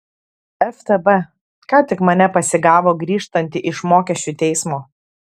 ftb ką tik mane pasigavo grįžtantį iš mokesčių teismo